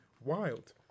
wild